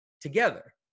together